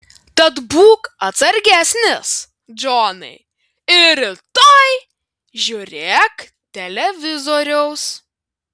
tad būk atsargesnis džonai ir rytoj žiūrėk televizoriaus